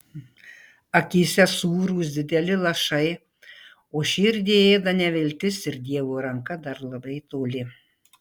akyse sūrūs dideli lašai o širdį ėda neviltis ir dievo ranka dar labai toli